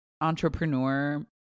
entrepreneur